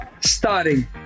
starting